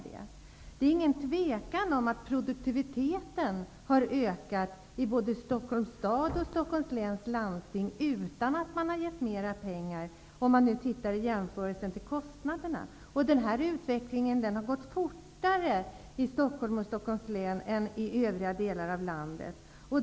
Det är inget tvivel om att produktiviteten har ökat i både Stockholms stad och Stockholms läns landsting utan att man har gett mera pengar, om man jämför med kostnaderna. Denna utveckling har gått fortare i Stockholms stad och Stockholms län än i övriga delar av landet.